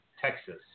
Texas